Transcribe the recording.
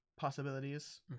possibilities